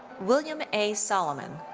william a. solomon.